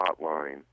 hotline